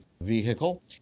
vehicle